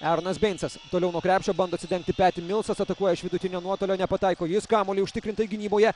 eronas beinsas toliau nuo krepšio bando atsidengti peti milsas atakuoja vidutinio nuotolio nepataiko jis kamuolį užtikrintai gynyboje